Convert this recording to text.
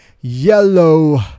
Yellow